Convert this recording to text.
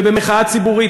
ובמחאה ציבורית,